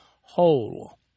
whole